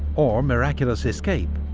or miraculous escape,